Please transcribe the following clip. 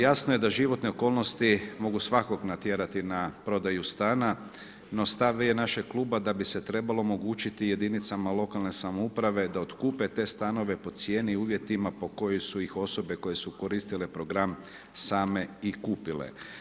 Jasno je da životne okolnosti mogu svakog natjerati na prodaju stana, no stav je našeg kluba, da bi se trebalo omogućiti jedinicama lokalne samouprave, da otkupe te stanove po cijeni i uvjetima, po kojim su ih osobe koje su koristile program same i kupile.